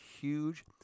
huge